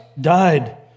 died